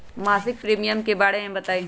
मासिक प्रीमियम के बारे मे बताई?